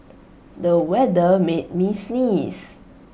the weather made me sneeze